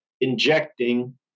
injecting